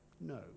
no